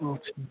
अच्छा